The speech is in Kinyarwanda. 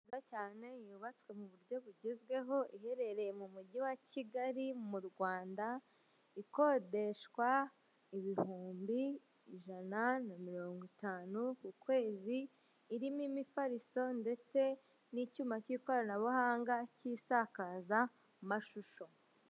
Izu nziza cyane, yubatswe mu buryo bugezweho iherereye mu mujyi wa kigali mu rwanda, ikodeshwa ibihumbi ijana na mirongo itanu ku kwezi irimo imifariso ndetse n'icyuma cy'ikoranabuhanga cy'isakazamashusho.